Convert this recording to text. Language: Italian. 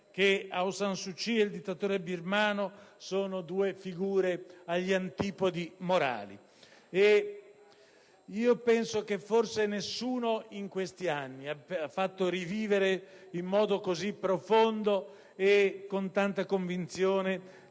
che Aung San Suu Kyi e il dittatore birmano sono due figure agli antipodi morali. Penso che forse nessuno in questi anni ha fatto rivivere, in modo così profondo e con tanta convinzione,